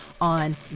on